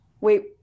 Wait